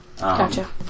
gotcha